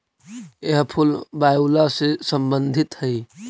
यह फूल वायूला से संबंधित हई